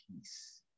peace